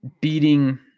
beating